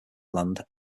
land